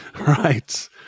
Right